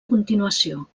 continuació